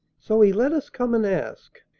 so he let us come and ask